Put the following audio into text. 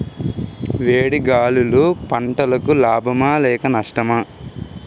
వేడి గాలులు పంటలకు లాభమా లేక నష్టమా?